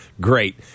Great